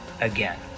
again